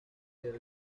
till